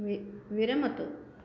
वि विरमतु